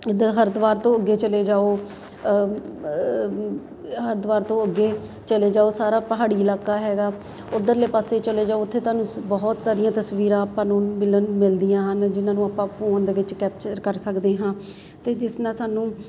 ਜਿੱਦਾ ਹਰਦੁਆਰ ਤੋਂ ਅੱਗੇ ਚਲੇ ਜਾਓ ਹਰਦੁਆਰ ਤੋਂ ਅੱਗੇ ਚਲੇ ਜਾਓ ਸਾਰਾ ਪਹਾੜੀ ਇਲਾਕਾ ਹੈਗਾ ਉਧਰਲੇ ਪਾਸੇ ਚਲੇ ਜਾਓ ਉੱਥੇ ਤੁਹਾਨੂੰ ਬਹੁਤ ਸਾਰੀਆਂ ਤਸਵੀਰਾਂ ਆਪਾਂ ਨੂੰ ਮਿਲਣ ਮਿਲਦੀਆਂ ਹਨ ਜਿਹਨਾਂ ਨੂੰ ਆਪਾਂ ਫੋਨ ਦੇ ਵਿੱਚ ਕੈਪਚਰ ਕਰ ਸਕਦੇ ਹਾਂ ਅਤੇ ਜਿਸ ਨਾਲ ਸਾਨੂੰ